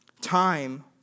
Time